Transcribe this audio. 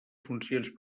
funcions